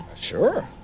Sure